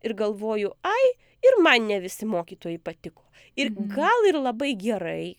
ir galvoju ai ir man ne visi mokytojai patiko ir gal ir labai gerai